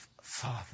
Father